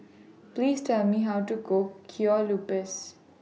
Please Tell Me How to Cook Kueh Lupis